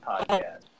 podcast